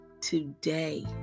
today